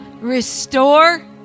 restore